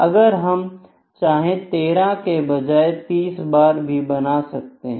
अगर हम चाहें 13 के बजाय 30 बार भी बना सकते हैं